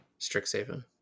Strixhaven